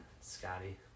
Scotty